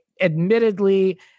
admittedly